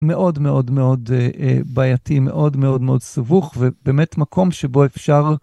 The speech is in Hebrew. מאוד מאוד מאוד בעייתי, מאוד מאוד מאוד סבוך ובאמת מקום שבו אפשר...